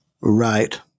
Right